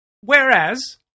Whereas